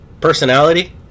Personality